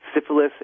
syphilis